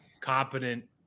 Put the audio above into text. competent